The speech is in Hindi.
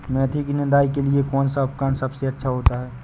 मेथी की निदाई के लिए कौन सा उपकरण सबसे अच्छा होता है?